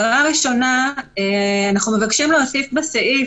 הערה ראשונה, אנחנו מבקשים להוסיף בסעיף